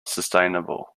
sustainable